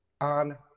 on